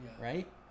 right